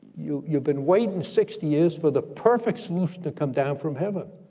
you've you've been waiting sixty years for the perfect solution to come down from heaven.